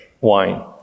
Wine